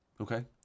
Okay